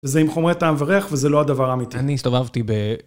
וזה עם חומרי טעם וריח וזה לא הדבר האמיתי. אני הסתובבתי ב...